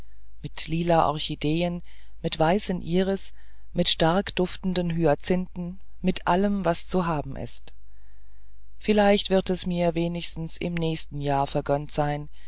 mit lila orchideen mit weißen iris mit stark duftenden hyazinthen mit allem was zu haben ist vielleicht wird es mir wenigstens im nächsten jahr vergönnt sein